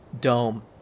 dome